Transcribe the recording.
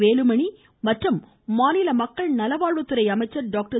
வேலுமணி மற்றும் மாநில மக்கள் நல்வாழ்வுத்துறை அமைச்சர் டாக்டர்